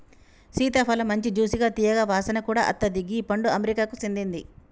సీతాఫలమ్ మంచి జ్యూసిగా తీయగా వాసన కూడా అత్తది గీ పండు అమెరికాకు సేందింది